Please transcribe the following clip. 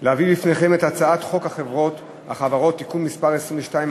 להביא לפניכם את הצעת חוק החברות (תיקון מס' 22),